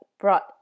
brought